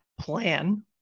plan